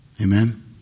Amen